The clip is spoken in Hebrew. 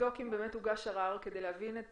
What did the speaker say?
באמת הוגש ערר כדי להבין את